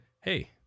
hey